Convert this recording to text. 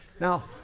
Now